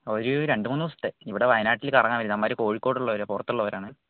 ഒരു രണ്ട് മൂന്ന് ദിവസത്തെ ഇവിടെ വയനാട്ടിൽ കറങ്ങാൻ വരുന്നത് അവന്മാർ കോഴിക്കോട് ഉള്ളവർ പുറത്തുള്ളവരാണ്